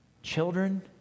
Children